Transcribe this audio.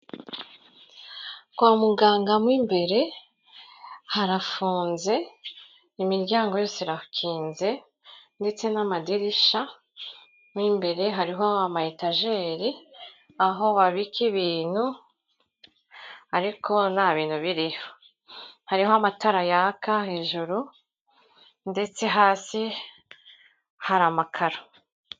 Kwa muganga mu imbere harafunze, imiryango yose irakinze ndetse n'amadirisha, mu imbere hariho ama etajeri aho babika ibintu ariko nta bintu biriyo, hariho amatara yaka hejuru ndetse hasi hari amakaro.